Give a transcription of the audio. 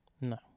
No